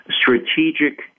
strategic